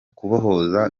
kubohoza